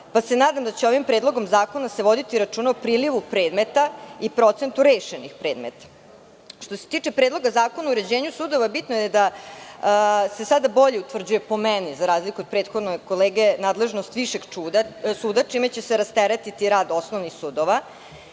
pa se nadam da će ovim predlogom zakona se voditi računa o prilivu predmeta i procentu rešenih predmeta. Što se tiče Predloga zakona o uređenju sudova, bitno je da se sada bolje utvrđuje, po meni, za razliku od prethodnog kolege, nadležnost višeg suda, čime će se rasteretiti rad osnovnih sudova. Takođe,